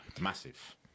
Massive